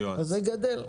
אז זה גדל.